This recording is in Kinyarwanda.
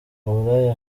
uburaya